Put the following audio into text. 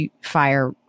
fire